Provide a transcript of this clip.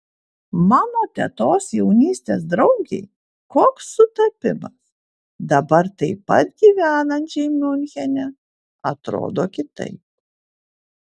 mano tetos jaunystės draugei koks sutapimas dabar taip pat gyvenančiai miunchene atrodo kitaip